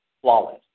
flawless